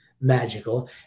magical